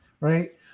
right